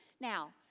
Now